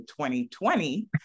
2020